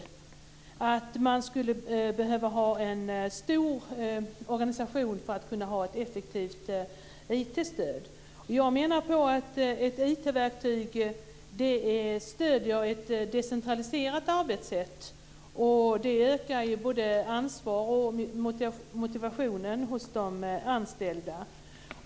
Här tas upp att man skulle behöva en stor organisation för att kunna ha ett effektivt IT-stöd. Jag menar att ett IT-verktyg stöder ett decentraliserat arbetssätt, och det ökar både ansvar och motivation hos de anställda.